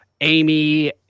Amy